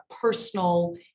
personal